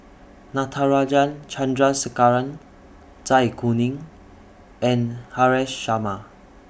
Natarajan Chandrasekaran Zai Kuning and Haresh Sharma